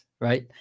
Right